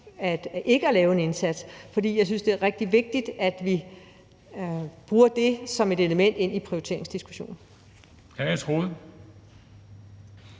ikke at lave en indsats, for jeg synes, det er rigtig vigtigt, at vi bruger det som et element i prioriteringsdiskussionen.